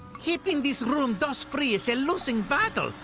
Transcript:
keeping this room dust free is a losing battle.